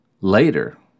later